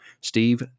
Steve